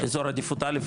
אזור עדיפות א',